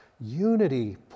Unity